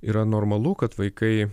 yra normalu kad vaikai